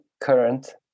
current